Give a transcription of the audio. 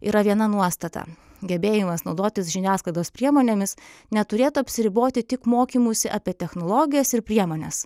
yra viena nuostata gebėjimas naudotis žiniasklaidos priemonėmis neturėtų apsiriboti tik mokymusi apie technologijas ir priemones